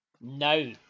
No